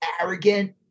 arrogant